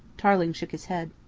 tarling shook his head.